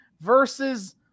versus